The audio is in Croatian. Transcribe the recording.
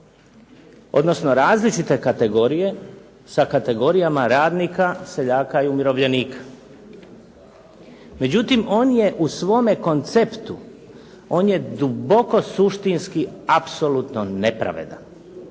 odnosno različite kategorije sa kategorijama radnika, seljaka i umirovljenika. Međutim on je u svome konceptu, on je duboko suštinski apsolutno nepravedan